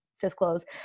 disclose